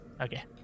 Okay